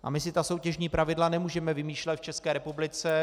A my si soutěžní pravidla nemůžeme vymýšlet v České republice.